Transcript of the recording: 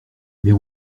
mais